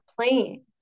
playing